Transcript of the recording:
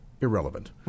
irrelevant